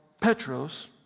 Petros